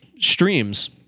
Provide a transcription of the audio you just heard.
streams